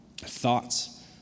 thoughts